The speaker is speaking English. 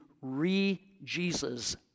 re-Jesus